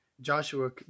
Joshua